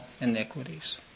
iniquities